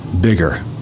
bigger